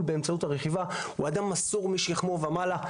באמצעות רכיבה הוא אדם מסור משכמו ומעלה.